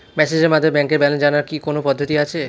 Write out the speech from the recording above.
মেসেজের মাধ্যমে ব্যাংকের ব্যালেন্স জানার কি কোন পদ্ধতি আছে?